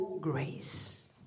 grace